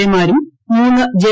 A മാരും മൂന്ന് J